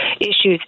issues